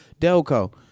Delco